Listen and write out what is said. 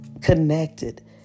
Connected